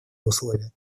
условия